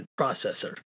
processor